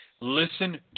listen